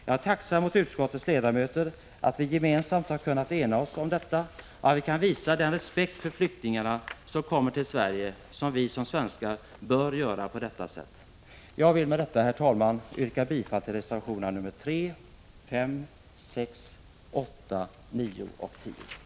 Jag är utskottets ledamöter tacksam för att vi har kunnat enas om detta och för att vi på detta sätt kan visa de flyktingar som kommer till Sverige den respekt som vi som svenskar bör visa dem. Jag vill med detta, fru talman, yrka bifall till reservationerna nr 3, 5,6, 8,9 och 10.